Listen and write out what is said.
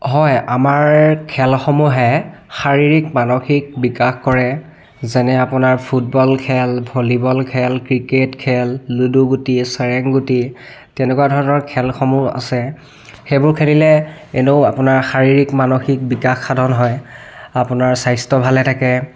হয় আমাৰ খেলসমূহে শাৰীৰিক মানসিক বিকাশ কৰে যেনে আপোনাৰ ফুটবল খেল ভলীবল খেল ক্ৰিকেট খেল লুডু গুটি চেৰেং গুটি তেনেকুৱা ধৰণৰ খেলসমূহ আছে সেইবোৰ খেলিলে এনেও আপোনাৰ শাৰীৰিক মানসিক বিকাশ সাধন হয় আপোনাৰ স্বাস্থ্য ভালে থাকে